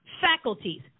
faculties